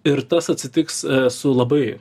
ir tas atsitiks su labai